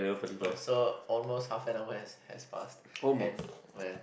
oh so almost half an hour has has passed and when